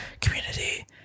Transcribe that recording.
community